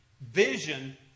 Vision